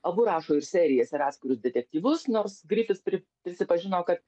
abu rašo ir serijas ir atskirus detektyvus nors grifits pri prisipažino kad